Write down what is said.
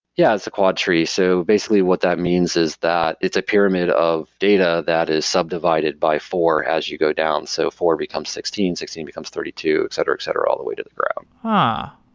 yeah, it's a quadtree. so basically what that means is that it's a pyramid of data that is subdivided by four as you go down. so four becomes sixteen, sixteen becomes thirty two, etc, etc, all the way to the ground